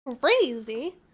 Crazy